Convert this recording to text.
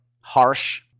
harsh